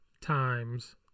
times